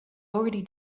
already